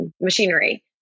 machinery